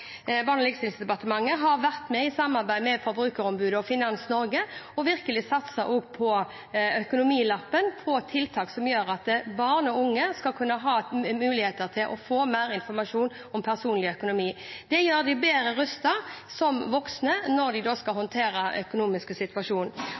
likestillings- og inkluderingsdepartementet har vært med – i samarbeid med Forbrukerombudet og Finans Norge – og virkelig satset på Økonomilappen og tiltak som gjør at barn og unge skal ha mulighet til å få mer informasjon om personlig økonomi. Det gjør dem bedre rustet som voksne, når de skal